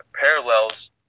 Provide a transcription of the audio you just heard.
parallels